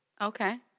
Okay